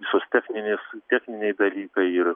visos techninės techniniai dalykai ir